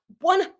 one